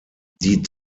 die